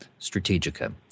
Strategica